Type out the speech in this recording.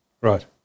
Right